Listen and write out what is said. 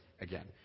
again